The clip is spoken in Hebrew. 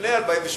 לפני 1948,